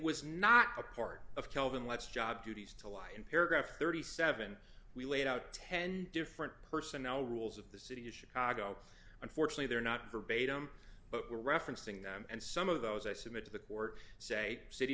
was not a part of kelvin let's job duties to lie in paragraph thirty seven we laid out ten different personnel rules of the city of chicago unfortunately they're not verbatim but were referencing them and some of those i submit to the court